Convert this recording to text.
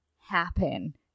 happen